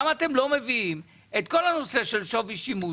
למה אתם לא מביאים את כל הנושא של שווי שימוש,